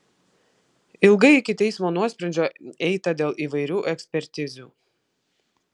ilgai iki teismo nuosprendžio eita dėl įvairių ekspertizių